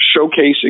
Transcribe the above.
showcasing